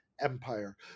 Empire